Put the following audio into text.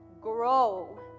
grow